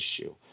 issue